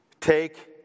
take